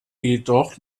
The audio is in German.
jedoch